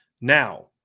Now